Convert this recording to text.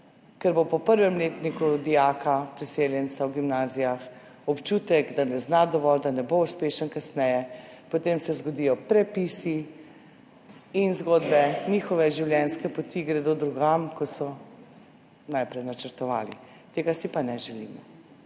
Ker bo po 1. letniku dijaka priseljenca v gimnazijah občutek, da ne zna dovolj, da ne bo uspešen. Kasneje se zgodijo prepisi in zgodbe, njihove življenjske poti gredo drugam, kot so najprej načrtovali. Tega si pa ne želimo.